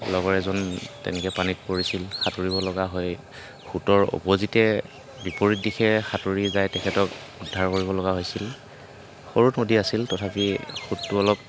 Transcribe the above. লগৰ এজন তেনেকৈ পানীত পৰিছিল সাঁতুৰিব লগা হৈ সোঁতৰ অপজিতে বিপৰীত দিশে সাঁতুৰি যায় তেখেতক উদ্ধাৰ কৰিবলগা হৈছিল সৰু নদী আছিল তথাপি সোঁতটো অলপ